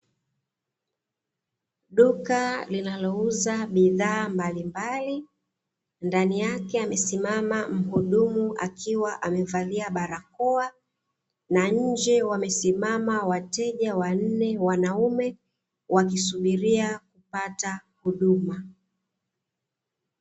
Duka linalouza bidhaa mbalimbali ndani yake amesimama muhudumu akiwa amevalia barakoa na nje wamesimama wateja wanne wanaume wakisubiria kupata huduma.